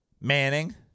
Manning